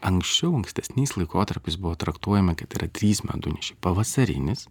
anksčiau ankstesniais laikotarpiais buvo traktuojama kad yra trys medunešiai pavasarinis